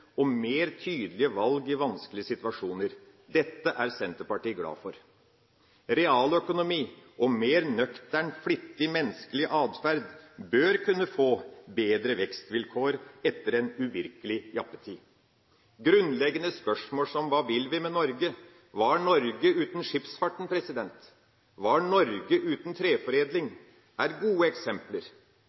og mer tydelige valg i vanskelige situasjoner. Dette er Senterpartiet glad for. Realøkonomi og mer nøktern, flittig menneskelig atferd bør kunne få bedre vekstvilkår etter en uvirkelig jappetid. Grunnleggende spørsmål er: Hva vil vi med Norge? Hva er Norge uten skipsfarten? Hva er Norge uten treforedling? Dette er gode eksempler.